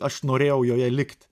aš norėjau joje likti